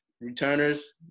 returners